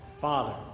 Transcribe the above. Father